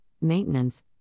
maintenance